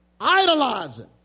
Idolizing